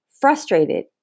frustrated